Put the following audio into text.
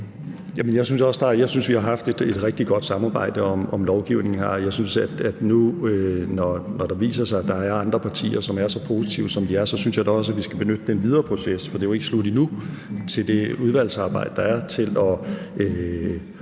også, at vi har haft et rigtig godt samarbejde om lovgivningen her. Når det nu viser sig, at der er andre partier, som er så positive, som de er, synes jeg også, at vi så skal benytte den videre proces – for det er jo ikke slut endnu – i det udvalgsarbejde, der er, til at